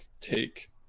take